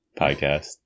podcast